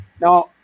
now